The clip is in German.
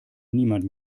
niemand